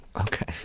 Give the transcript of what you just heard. Okay